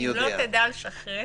אם לא תדע לשחרר...